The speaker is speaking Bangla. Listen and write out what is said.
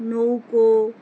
নৌকো